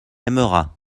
aimera